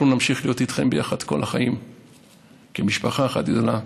אנחנו נמשיך להיות איתכם ביחד כל החיים כמשפחה אחת גדולה.